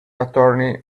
attorney